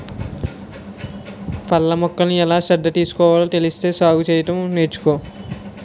పళ్ళ మొక్కలకు ఎలా శ్రద్ధ తీసుకోవాలో తెలిస్తే సాగు సెయ్యగలం నేర్చుకో